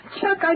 Chuck